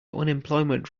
unemployment